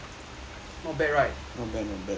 not bad right